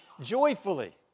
joyfully